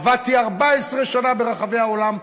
עבדתי 14 שנה ברחבי העולם,